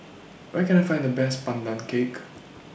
Where Can I Find The Best Pandan Cake